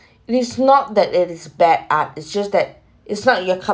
it's not that it is bad art it's just that it's not your cup